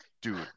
Dude